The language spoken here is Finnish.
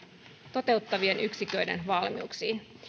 toteuttavien yksiköiden valmiuksiin